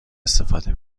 استفاده